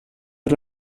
per